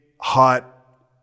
hot